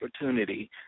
opportunity